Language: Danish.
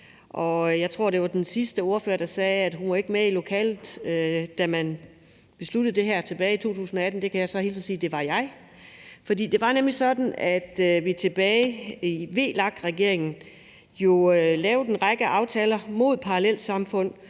Jeg tror, det var den sidste ordfører, der sagde, at hun ikke var med i lokalet, da man besluttede det her tilbage i 2018, men det kan jeg så hilse og sige jeg var. Det var nemlig sådan, at vi tilbage i VLAK-regeringen jo lavede en række aftaler mod parallelsamfund,